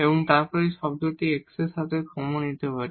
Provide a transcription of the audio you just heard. এবং তারপর এই টার্মটি আমরা এখানে এই x এর সাথে কমন নিতে পারি